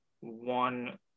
one